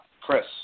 Chris